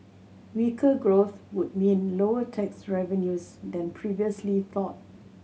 weaker growth would mean lower tax revenues than previously thought